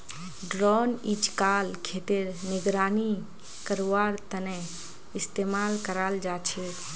drone अइजकाल खेतेर निगरानी करवार तने इस्तेमाल कराल जाछेक